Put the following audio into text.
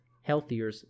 healthier